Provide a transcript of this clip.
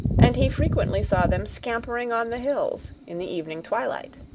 and he frequently saw them scampering on the hills in the evening twilight.